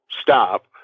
stop